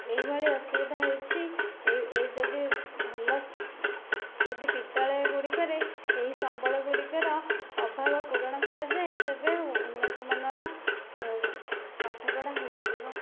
ଏହି ଭଳି ଅସୁବିଧା ହେଉଛି ଯଦି ଭଲ ଯଦି ବିଦ୍ୟାଳୟ ଗୁଡ଼ିକରେ ଏହି ସମ୍ବଳ ଗୁଡ଼ିକର ଅଭାବ ପୂରଣ କରାଯାଏ ତେବେ ଉନ୍ନତମାନର ପାଠ ପଢ଼ା ହୋଇପାରିବ